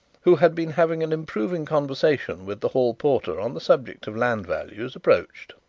who had been having an improving conversation with the hall porter on the subject of land values, approached.